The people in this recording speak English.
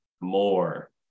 more